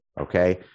okay